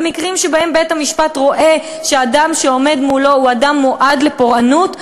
במקרים שבהם בית-המשפט רואה שאדם שעומד מולו הוא אדם מועד לפורענות,